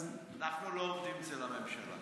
אנחנו לא עובדים אצל הממשלה.